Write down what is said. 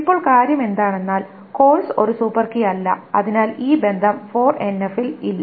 ഇപ്പോൾ കാര്യം എന്താണെന്നാൽ കോഴ്സ് ഒരു സൂപ്പർകീ അല്ല അതിനാൽ ഈ ബന്ധം 4NF ൽ ഇല്ല